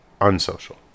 unsocial